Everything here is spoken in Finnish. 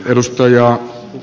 edustajaa